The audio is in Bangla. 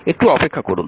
একটু অপেক্ষা করুন